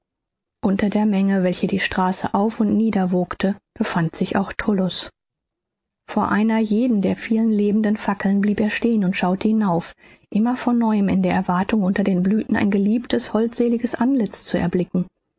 unter der menge welche die straße auf und niederwogte befand sich auch tullus vor einer jeden der vielen lebenden fackeln blieb er stehen und schaute hinauf immer von neuem in der erwartung unter den blüthen ein geliebtes holdseliges antlitz zu erblicken